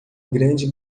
grande